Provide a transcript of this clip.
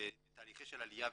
בתהליכים של עליה וקליטה,